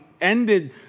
ended